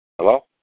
Hello